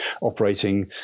operating